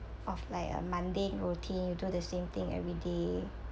of like a mundane routine you do the same thing everyday